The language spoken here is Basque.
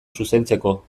zuzentzeko